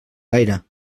gaire